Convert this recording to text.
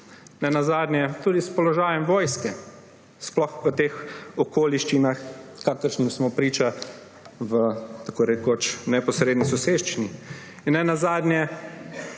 ne nazadnje tudi s položajem vojske, sploh v teh okoliščinah, kakršnim smo priča v tako rekoč neposredni soseščini.